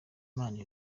imana